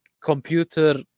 computer